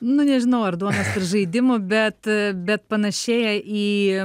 nu nežinau ar duonos ir žaidimų bet bet panašėja į